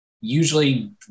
usually